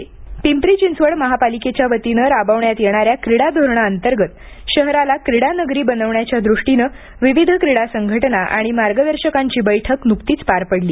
क्रिडा नगरी पिंपरी चिंचवड महापालिकेच्या वतीनं राबवण्यात येणाऱ्या क्रीडा धोरणांतर्गत शहराला क्रीडा नगरी बनवण्याच्या द्रष्टीने विविध क्रीडा संघटना आणि मार्गदर्शकांची बैठक नुकतीच पार पडली